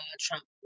Trump